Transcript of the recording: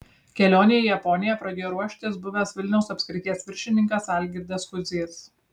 kelionei į japoniją pradėjo ruoštis buvęs vilniaus apskrities viršininkas algirdas kudzys